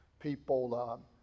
people